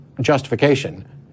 justification